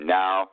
now